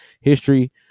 History